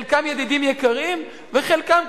חלקם ידידים יקרים וחלקם,